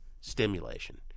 stimulation